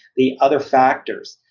the other factors.